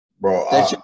Bro